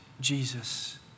Jesus